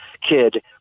kid